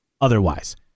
otherwise